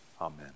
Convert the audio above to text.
Amen